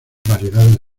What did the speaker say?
variedades